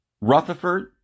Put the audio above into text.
Rutherford